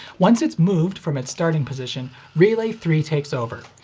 once it's moved from its starting position, relay three takes over.